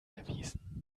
erwiesen